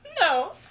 No